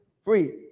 free